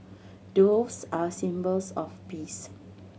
doves are symbols of peace